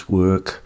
work